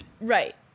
Right